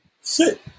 Sit